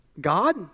God